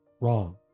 Wrong